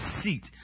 seat